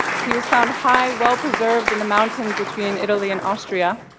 he was found high, well-preserved, in the mountains between italy and austria,